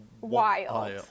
Wild